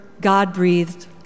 God-breathed